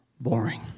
boring